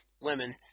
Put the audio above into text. women